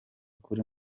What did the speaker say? kuri